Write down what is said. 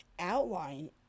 Outline